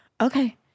okay